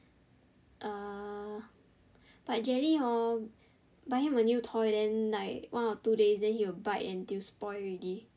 um but jelly hor buy him a new toy then like one or two days he will bite until spoil already